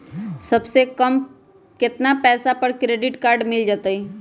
सबसे कम कतना पैसा पर क्रेडिट काड मिल जाई?